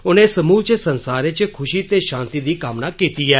उनें समूलचे संसार इच खुशी ते शांति दी कामना कीती ऐ